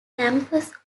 campus